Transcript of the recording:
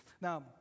Now